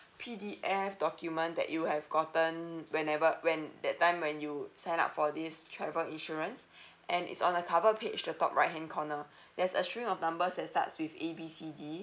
P_D_F document that you have gotten whenever when that time when you sign up for this travel insurance and it's on the cover page the top right hand corner there's a string of numbers that starts with A B C D